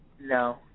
No